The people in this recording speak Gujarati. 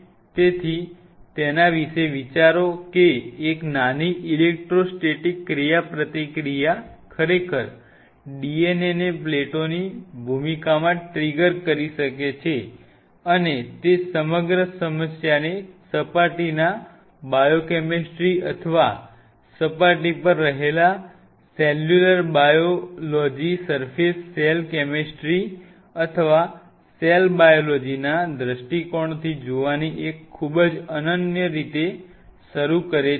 તેથી આના જેવું કંઈક છે તેથી તેના વિશે વિચારો કે એક નાની ઇલેક્ટ્રોસ્ટેટિક ક્રિયાપ્રતિક્રિયા ખરેખર DNA ને પ્લેટોની ભૂમિકામાં ટ્રિગર કરી શકે છે અને તે સમગ્ર સમસ્યાને સપાટીના બાયોકેમિસ્ટ્રી અથવા સપાટી પર રહેલા cellular biology surface cell chemistry અથવા સેલ બાયોલોજીના દ્રષ્ટિકોણથી જોવાની એક ખૂબ જ અનન્ય રીત શરૂ કરે છે